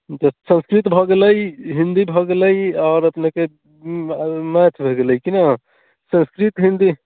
ह्म्म तऽ संस्कृत भऽ गेलै हिन्दी भऽ गेलै आओर अपनेके मैथ भऽ गेलै कि ने संस्कृत हिन्दी